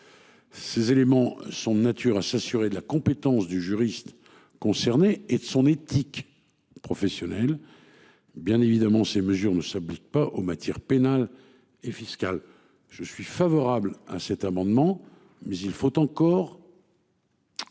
Ces éléments sont de nature à s'assurer de la compétence du juriste concernés et de son éthique professionnelle. Bien évidemment, ces mesures ne s'appliquent pas aux matières pénales et fiscales. Je suis favorable à cet amendement. Mais il faut encore.